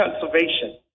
conservation